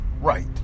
right